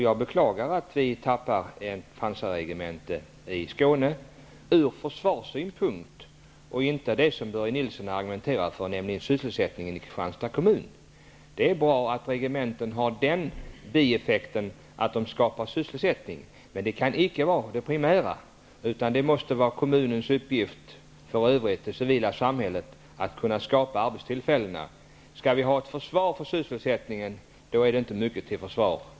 Jag beklagar att vi tappar ett pansarregemente i Skåne, ur försvarssynpunkt -- inte av det skäl som Börje Nilsson argumenterar för, nämligen sysselsättningen i Kristianstads kommun. Det är bra att regementen har den bieffekten att de skapar sysselsättning, men det kan inte vara det primära. Det måste vara kommunens uppgift i det civila samhället att skapa arbetstillfällena. Skall vi ha ett försvar för sysselsättningens skull är det inte mycket till försvar.